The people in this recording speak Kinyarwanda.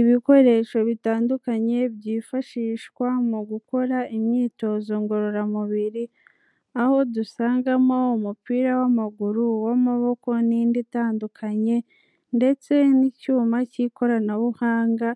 Ibikoresho bitandukanye byifashishwa mu gukora imyitozo ngororamubiri, aho dusangamo umupira w'amaguru, uw'amaboko n'indi itandukanye ndetse n'icyuma cy'ikoranabuhanga